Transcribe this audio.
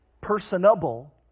personable